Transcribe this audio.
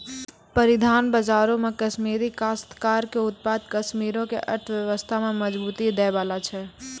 परिधान बजारो मे कश्मीरी काश्तकार के उत्पाद कश्मीरो के अर्थव्यवस्था में मजबूती दै बाला छै